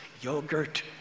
yogurt